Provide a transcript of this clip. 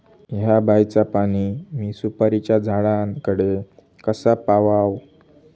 हया बायचा पाणी मी सुपारीच्या झाडान कडे कसा पावाव?